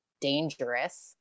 dangerous